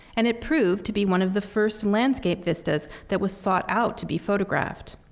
and it proved to be one of the first landscape vistas that was sought out to be photographed.